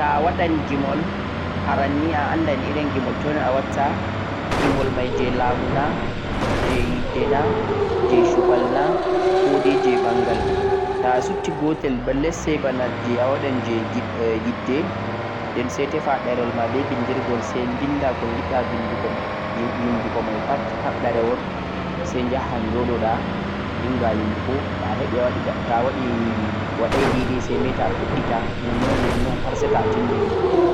Ta'awaɗan gimol arannii aànda irin gimol toi a yimata. Gimol lamuna, yidde na, shuɓɓal na koh je ɓangal. Sai binda gimol mai sai njoɗoɓa sai gima